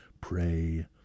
pray